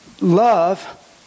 love